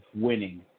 winning